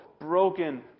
broken